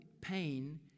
pain